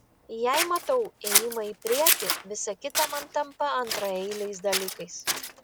jei matau ėjimą į priekį visa kita man tampa antraeiliais dalykais